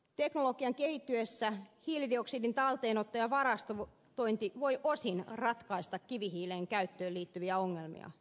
teknologian kehittyessä hiilidioksidin talteenotto ja varastointi voi osin ratkaista kivihiilen käyttöön liittyviä ongelmia